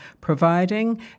providing